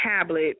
tablet